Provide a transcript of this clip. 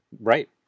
Right